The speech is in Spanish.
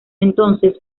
entonces